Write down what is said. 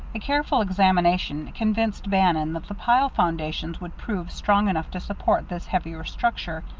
a careful examination convinced bannon that the pile foundations would prove strong enough to support this heavier structure,